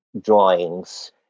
drawings